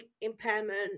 impairment